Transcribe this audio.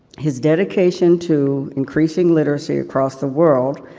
his dedication to increasing literacy across the world,